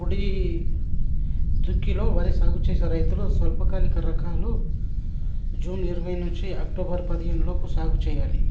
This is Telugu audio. పొడి దుక్కిలో వరి సాగు చేసే రైతులు స్వల్పకాలిక రకాలు జూన్ ఇరవై నుంచి అక్టోబర్ పదిహేను లోపు సాగు చేయాలి